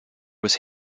was